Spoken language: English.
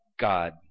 God